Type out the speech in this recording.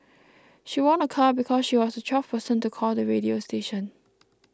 she won a car because she was the twelfth person to call the radio station